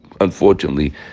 unfortunately